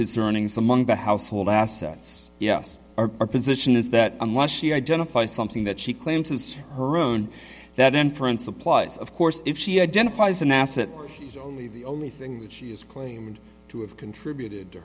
his earnings among the household assets yes our position is that unless she identify something that she claims is her own that inference applies of course if she identifies an asset or sees only the only thing that she is claimed to have contributed to